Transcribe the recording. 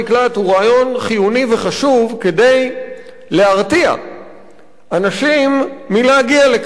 הוא רעיון חיוני וחשוב כדי להרתיע אנשים מלהגיע לכאן.